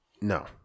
no